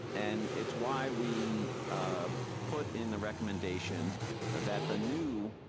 and it's why we ah put in the recommendation that the new